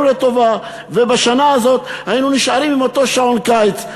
לטובה ובשנה הזאת היינו נשארים עם אותו שעון קיץ?